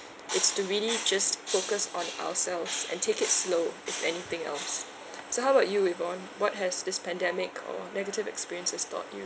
it's to really just focus on ourselves and take it slow if anything else so how about you yvonne what has this pandemic or negative experiences taught you